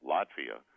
Latvia